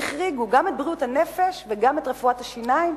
החריגו גם את בריאות הנפש וגם את רפואת השיניים,